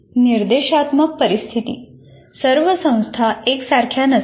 निर्देशात्मक परिस्थितीः सर्व संस्था एकसारख्या नसतात